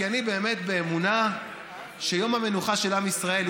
כי אני באמת באמונה שיום המנוחה של עם ישראל,